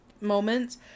moments